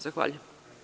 Zahvaljujem.